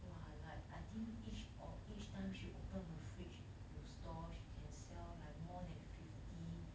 !wah! like I think each of each time she open her fridge to store she can sell like more than fifty